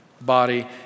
body